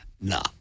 No